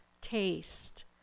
taste